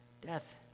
death